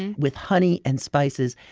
and with honey and spices.